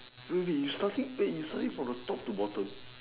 really you starting pay is starting from the top to the bottom